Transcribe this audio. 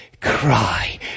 cry